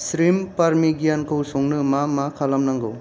shrimp parmigiana खौ संनो मा मा खालामनांगौ